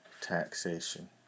taxation